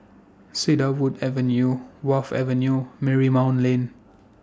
Cedarwood Avenue Wharf Avenue Marymount Lane